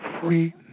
free